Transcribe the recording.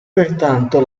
pertanto